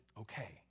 okay